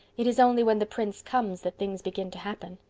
it is only when the prince comes that things begin to happen.